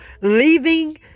leaving